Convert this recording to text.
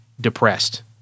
depressed